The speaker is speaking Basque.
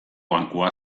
bankua